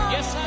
Yes